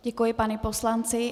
Děkuji panu poslanci.